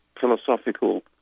philosophical